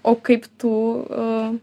o kaip tu